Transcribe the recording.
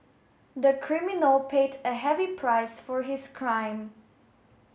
the criminal paid a heavy price for his crime